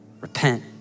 Repent